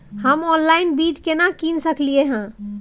हम ऑनलाइन बीज केना कीन सकलियै हन?